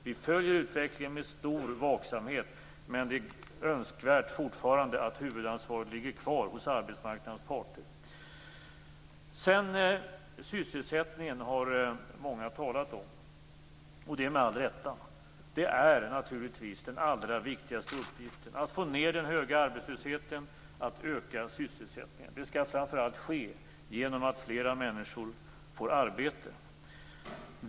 Vi följer utvecklingen med stor vaksamhet. Men det är önskvärt, fortfarande, att huvudansvaret ligger kvar hos arbetsmarknadens parter. Sysselsättningen har många här talat om, och det med all rätt. Det är naturligtvis den allra viktigaste uppgiften att få ned den höga arbetslösheten, att öka sysselsättningen. Det skall framför allt ske genom att fler människor får arbete.